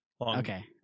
Okay